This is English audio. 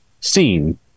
seen